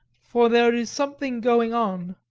for there is something going on.